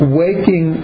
waking